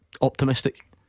optimistic